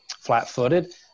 flat-footed